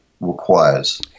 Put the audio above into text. requires